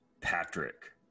Patrick